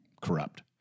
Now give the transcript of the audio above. corrupt